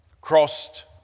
crossed